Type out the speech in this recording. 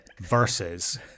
versus